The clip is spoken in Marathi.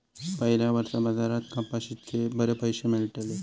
पयल्या वर्सा बाजारात कपाशीचे बरे पैशे मेळलले